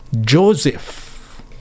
Joseph